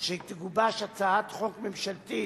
שתגובש הצעת חוק ממשלתית,